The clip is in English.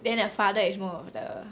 then the father is more of the